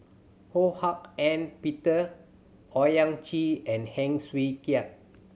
Ho Hak Ean Peter Owyang Chi and Heng Swee